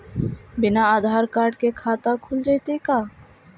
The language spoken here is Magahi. बिना आधार कार्ड के खाता खुल जइतै का?